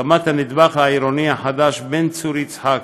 הקמת הנדבך העירוני החדש בין צור יצחק